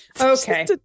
Okay